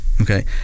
okay